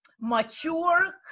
mature